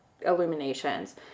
illuminations